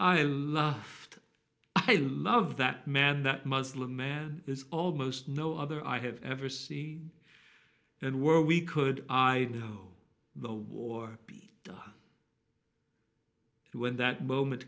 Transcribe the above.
i love i love that man that muslim man is almost no other i have ever seen and where we could i know the war when that moment